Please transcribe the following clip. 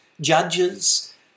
judges